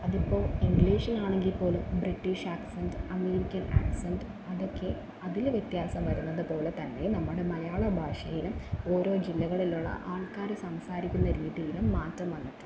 അതിപ്പോൾ ഇംഗ്ലിഷിലാണെങ്കിപ്പോലും British accent American accent അതൊക്കെ അതില് വ്യത്യാസം വരുന്നത് പോലെ തന്നെ നമ്മുടെ മലയാള ഭാഷയിലും ഓരോ ജില്ലകളിലുള്ള ആൾക്കാര് സംസാരിക്കുന്ന രീതിയിലും മാറ്റം വന്നിട്ടുണ്ട്